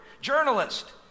journalist